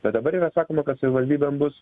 bet dabar yra sakoma kad savivaldybėm bus